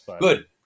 Good